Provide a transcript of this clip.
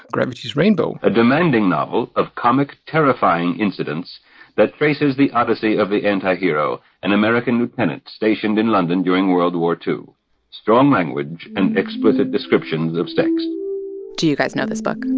gravity's rainbow. a demanding novel of comic, terrifying incidents that traces the odyssey of the antihero, an american lieutenant stationed in london during world war ii strong language and explicit descriptions of sex do you guys know this book?